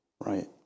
right